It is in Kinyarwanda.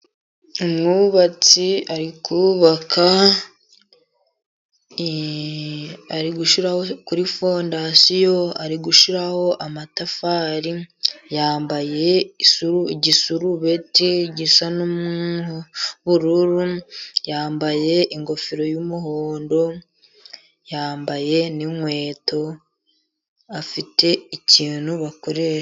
Umwubatsi ari kubaka kuri fondasiyo ari gushiraho amatafari. Yambaye igisurubeti gisa n'ubururu, yambaye ingofero y'umuhondo, yambaye n'inkweto afite ikintu bakoresha.